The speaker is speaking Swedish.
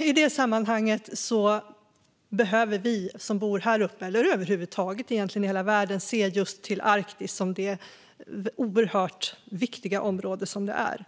I det sammanhanget behöver vi som bor häruppe och egentligen över huvud taget i hela världen se till Arktis som det oerhört viktiga område som det är